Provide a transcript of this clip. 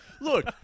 Look